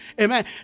amen